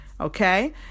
Okay